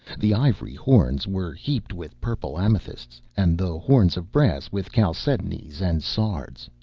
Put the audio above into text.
the ivory horns were heaped with purple amethysts, and the horns of brass with chalcedonies and sards.